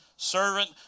servant